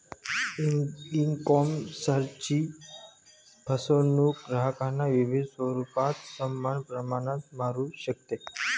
ईकॉमर्सची फसवणूक ग्राहकांना विविध स्वरूपात समान प्रमाणात मारू शकते